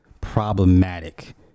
problematic